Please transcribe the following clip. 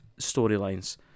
storylines